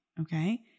Okay